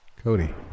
Cody